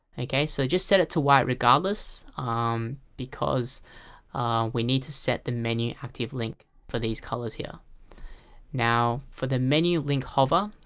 so just set it to white regardless um because we need to set the menu active link for these colors here now for the menu link hover,